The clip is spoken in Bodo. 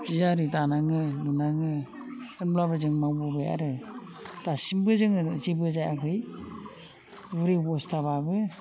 जि आरि दानाङो लुनाङो होमब्लाबो जों मावबोबाय आरो दासिमबो जोङो जेबो जायाखै बुरि अबस्थाब्लाबो